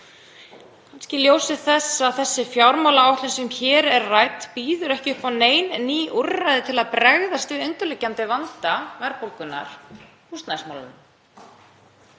kannski í ljósi þess að þessi fjármálaáætlun sem hér er rædd býður ekki upp á nein ný úrræði til að bregðast við undirliggjandi vanda verðbólgunnar, húsnæðismálunum.